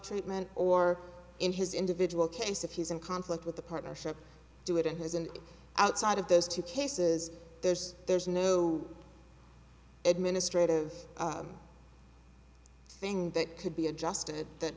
treatment or in his individual case if he's in conflict with the partnership do it in his and outside of those two cases there's there's no administrative thing that could be adjusted that